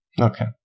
Okay